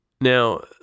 Now